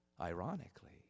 Ironically